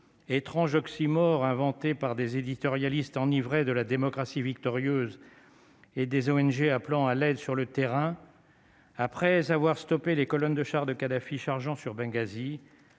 étrange oxymore inventé par des éditorialistes enivré de la démocratie, victorieuse et des ONG, appelant à l'aide sur le terrain après avoir stoppé les colonnes de chars de Kadhafi chargeant sur Benghazi,